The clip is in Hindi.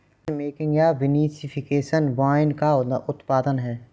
वाइनमेकिंग या विनिफिकेशन वाइन का उत्पादन है